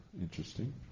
interesting